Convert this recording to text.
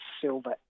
Silver